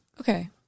Okay